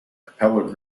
cappella